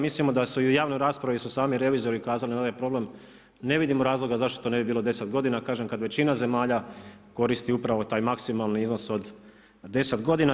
Mislimo da se i u javnoj raspravi su sami revizori ukazali na onaj problem, ne vidimo razloga zašto to ne bi bilo deset godina kada većina zemalja koristi upravo taj maksimalni iznos od deset godina.